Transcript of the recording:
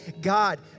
God